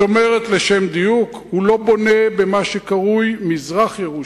לשם דיוק, הוא לא בונה במה שנקרא מזרח-ירושלים.